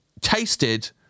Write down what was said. tasted